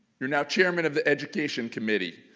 you're now chairman of the education committee.